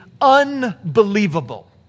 unbelievable